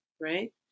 right